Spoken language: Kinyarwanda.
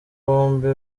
bombi